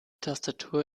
tastatur